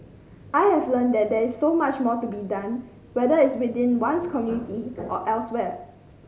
I have learnt that there is so much more to be done whether it is within one's community or elsewhere